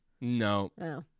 No